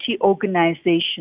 Organization